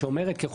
כי גם